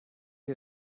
die